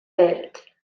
welt